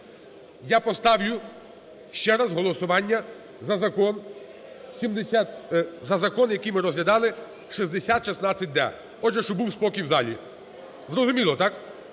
я поставлю ще раз голосування за закон… за закон, який ми розглядали 6016-д. Отже, щоб був спокій в залі. Зрозуміло, так?